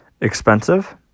expensive